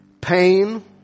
pain